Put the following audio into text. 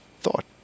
thought